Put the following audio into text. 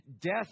death